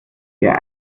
ihr